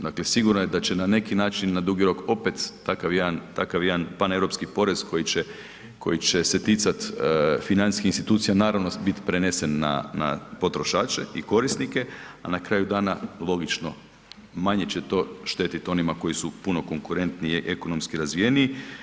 Dakle, sigurno je da će na neki način, na dugi rok opet takav jedan, takav jedan paneuropski porez koji će se ticati financijskih institucija naravno biti prenesen na potrošače i korisnike, a na kraju dana logično manje će to štetiti onima koji su puno konkurentniji, ekonomski razvijeniji.